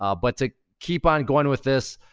ah but to keep on going with this,